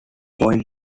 point